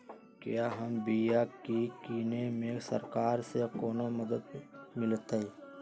क्या हम बिया की किने में सरकार से कोनो मदद मिलतई?